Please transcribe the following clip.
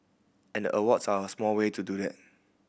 and the awards are a small way to do that